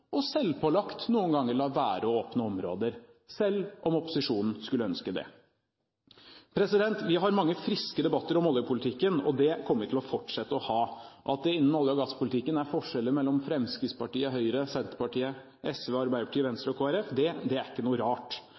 og selvpålagt noen ganger lar være å åpne områder, selv om opposisjonen skulle ønske det. Vi har mange friske debatter om oljepolitikken, og det kommer vi til å fortsette å ha. At det innen olje- og gasspolitikken er forskjeller mellom Fremskrittspartiet, Høyre, Senterpartiet, SV, Arbeiderpartiet, Venstre og Kristelig Folkeparti, er ikke noe rart.